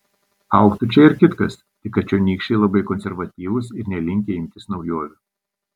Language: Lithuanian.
augtų čia ir kitkas tik kad čionykščiai labai konservatyvūs ir nelinkę imtis naujovių